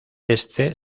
éste